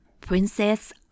Princess